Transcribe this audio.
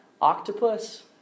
octopus